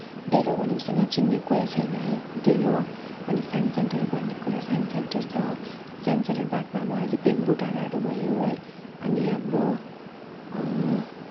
डेलो भनेपछि नचिन्ने कोही छैन है डेलो अनि साइन्स सेन्टर भन्ने कुरा साइन्स सेन्टर छ साइन्स सेन्टर बादमा अब अहिले पन्बू डाँडाहरू भयो है अनि हाम्रो